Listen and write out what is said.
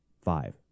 five